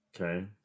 okay